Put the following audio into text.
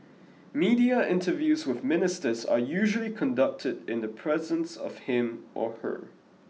media interviews with Ministers are usually conducted in the presence of him or her